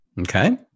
Okay